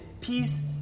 Peace